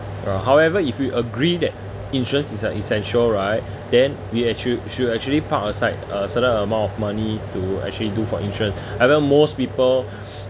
uh however if we agree that insurance is a essential right then we actu~ should actually park aside a certain amount of money to actually do for insurance I bet most people